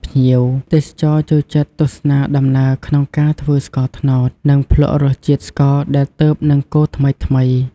ភ្ញៀវទេសចរចូលចិត្តទស្សនាដំណើរក្នុងការធ្វើស្ករត្នោត និងភ្លក្សរសជាតិស្ករដែលទើបនឹងកូរថ្មីៗ។